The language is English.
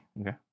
okay